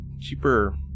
Cheaper